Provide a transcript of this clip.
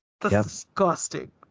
disgusting